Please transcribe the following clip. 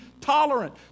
tolerant